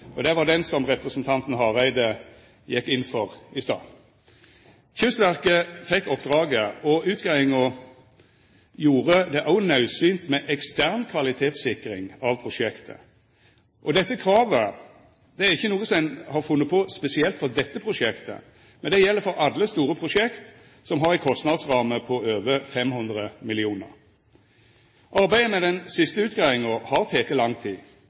gjennom. Det var det representanten Hareide gjekk inn for i stad. Kystverket fekk oppdraget, og utgreiinga gjorde det òg naudsynt med ekstern kvalitetssikring av prosjektet. Dette kravet er ikkje noko ein har funne på spesielt for dette prosjektet, men det gjeld alle store prosjekt som har ei kostnadsramme på over 500 mill. kr. Arbeidet med den siste utgreiinga har teke lang tid.